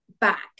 back